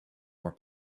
more